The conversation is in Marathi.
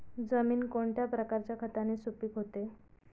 जमीन कोणत्या प्रकारच्या खताने सुपिक होते?